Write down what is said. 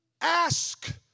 ask